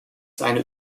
seine